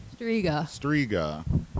Striga